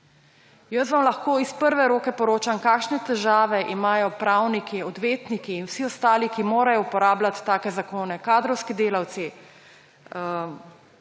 Jaz vam lahko iz prve roke poročam, kakšne težave imajo pravniki, odvetniki in vsi ostali, ki morajo uporabljat take zakone, kadrovski delavci,